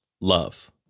love